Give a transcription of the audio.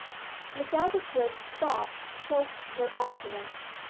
miss aldclyffe's sobs choked her utterance,